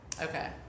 Okay